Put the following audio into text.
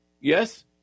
yes